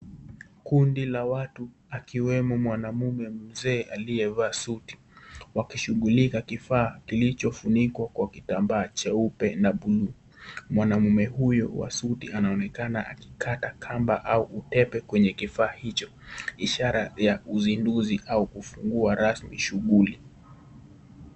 Kundi la watu akiwemo mawaume mzee aliyevaa suti wakishughulika kifaa kilichofunikwa kwa kitambaa cheupe na bluu , mwanaume huyo wa suti anaonekana akikata kamba au utepe kwenye kifaa hicho , ishara ya uzinduzi au kufungua rasmi shughuli.